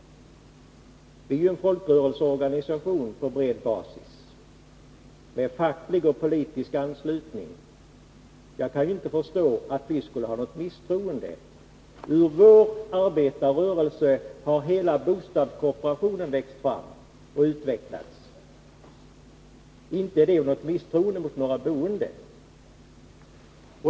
Vi är ju en folkrörelseorganisation på bred basis, med facklig och politisk anslutning. Jag kan inte förstå att vi skulle hysa något sådant misstroende. Ur vår arbetarrörelse har hela bostadskooperationen växt fram och utvecklats — inte är det något misstroende mot några boende.